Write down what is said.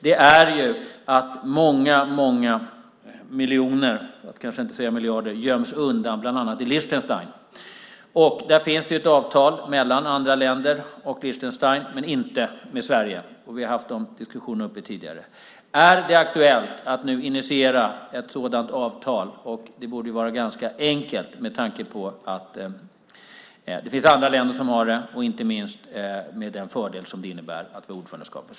Det handlar om att många, många miljoner - jag kanske inte ska säga miljarder - göms undan, bland annat i Liechtenstein. Det finns ett avtal mellan andra länder och Liechtenstein, men inte med Sverige. Vi har haft de här diskussionerna uppe tidigare. Är det aktuellt att nu initiera ett sådant avtal? Det borde vara ganska enkelt med tanke på att det finns andra länder som har det och inte minst med tanke på den fördel som det innebär att inneha ordförandeskapet.